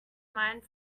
mind